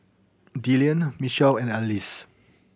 Dillan Mitchel and Alize